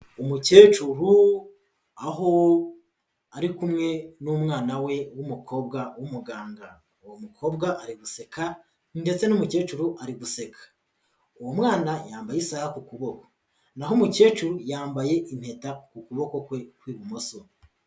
Umukecuru aho ari kumwe n'umwana we w'umukobwa w'umuganda, uwo mukobwa ari guseka ndetse n'umukecuru ari guseka, uwo mwana yambaye isaha ku kuboko na ho umukecuru yambaye impeta ku kuboko kwe kw'ibumoso.